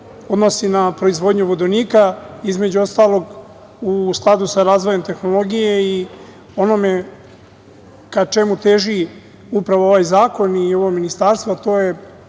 odnosi na proizvodnju vodonika, između ostalog u skladu sa razvojem tehnologije i onom ka čemu teži upravo ovaj zakon i ovo ministarstvo, a to je